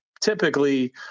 typically